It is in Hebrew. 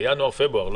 בינואר-פברואר.